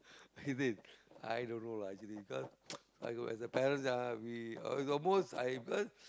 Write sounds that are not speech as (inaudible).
is it i don't know lah actually because (noise) !aiyo! as a parent ah we at the most because I